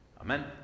Amen